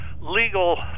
legal